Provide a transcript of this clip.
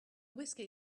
whiskey